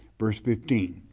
verse fifteen,